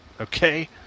Okay